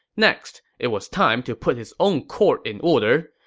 next, it was time to put his own court in order.